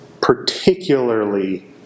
particularly